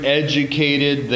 educated